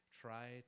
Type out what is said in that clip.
try